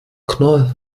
knoll